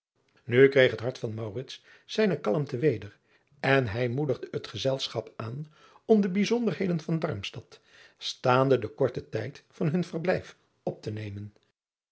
u kreeg het hart van zijne kalmte weder en hij moedigde het gezelschap aan om de bijzonderheden van armstad staande den korten tijd van hun verblijf op te nemen